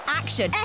action